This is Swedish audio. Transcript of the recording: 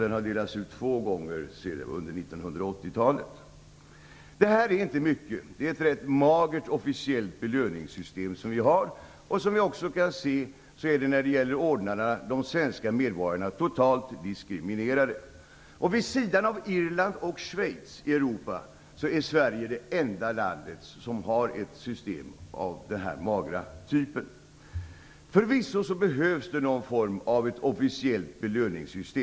Den har delats ut två gånger under Detta är inte mycket. Det är ett ganska magert officiellt belöningssystem som vi har. Som vi också kan se är de svenska medborgarna totalt diskriminerade när det gäller ordnarna. Vid sidan av Irland och Schweiz är Sverige det enda land i Europa som har ett system av den här magra typen. Förvisso behövs det någon form av officiellt belöningssystem.